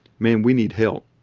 man we need help.